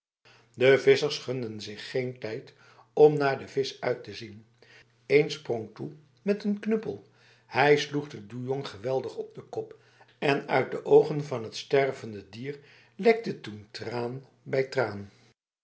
de vissers gunden zich geen tijd om naar de vis uit te zien een sprong toe met een knuppel hij sloeg de doejong geweldig op de kop en uit de ogen van het stervende dier lekte toen traan bij traan